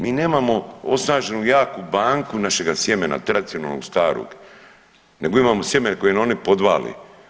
Mi nemamo osnaženu jaku banku našega sjemena tradicionalnog starog nego imamo sjeme koje nam oni podvale.